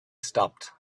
stopped